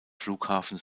flughafen